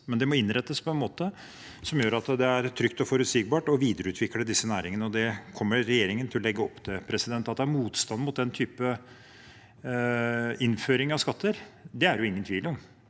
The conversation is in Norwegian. Det må innrettes på en måte som gjør at det er trygt og forutsigbart å videreutvikle disse næringene, og det kommer regjeringen til å legge opp til. Det at det er motstand mot den slags innføring av skatter, er det ingen tvil om.